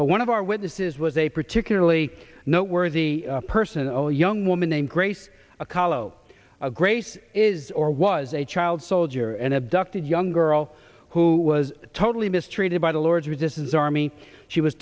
but one of our witnesses was a particularly noteworthy person all young woman named grace a colorado a grace is or was a child soldier and abducted young girl who was totally mistreated by the lord's resistance army she was